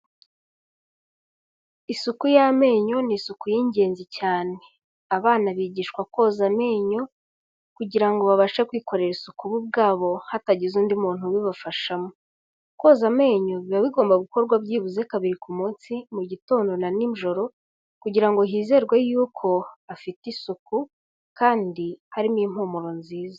Isuku y'amenyo ni isuku y'ingenzi cyane. Abana bigishwa koza amenyo kugira ngo babashe kwikorera isuku bo ubwabo hatagize undi muntu ubibafashamo. Koza amenyo biba bigomba gukorwa byibuze kabiri ku munsi, mu gitondo na ninjoro, kugira ngo hizerwe yuko hafite isuku kandi harimo impumuro nziza.